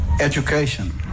education